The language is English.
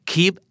Keep